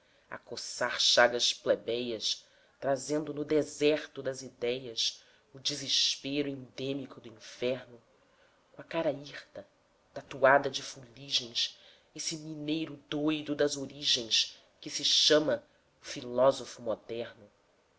a coçar chagas plebéias trazendo no deserto das idéias o desespero endêmico do inferno com a cara hirta tatuada de fuligens esse mineiro doido das origens que se chama o filósofo moderno